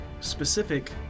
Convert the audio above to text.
specific